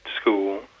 school